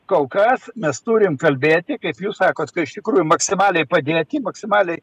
kol kas mes turim kalbėti kaip jūs sakot kai iš tikrųjų maksimaliai padėti maksimaliai